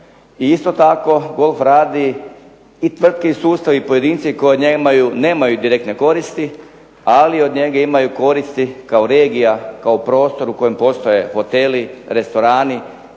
isto tako golf radi i tvrtke i sustavi i pojedinci koji nemaju direktne koristi, ali od njega imaju koristi kao regija, kao prostor u kojem postoje hoteli, restorani